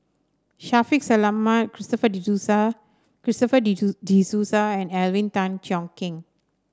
Shaffiq Selamat Christopher De Souza Christopher De De Souza and Alvin Tan Cheong Kheng